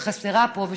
שחסרה פה,